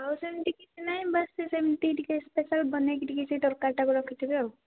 ଆଉ ସେମିତି କିଛି ନାହିଁ ବାସ ସେମିତି ଟିକେ ସ୍ପେସିଆଲ ବନେଇକି ସେ ତରକାରୀଟାକୁ ରଖିଥିବେ ଆଉ